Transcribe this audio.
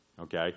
okay